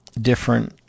different